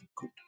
good